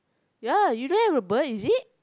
ya you don't have a bird is it